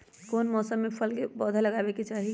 कौन मौसम में फल के पौधा लगाबे के चाहि?